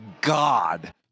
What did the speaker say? God